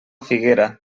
figuera